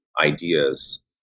ideas